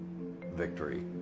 victory